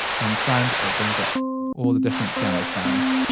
and in sounds it will bring up all the different piano sounds.